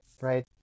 right